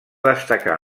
destacar